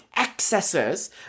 excesses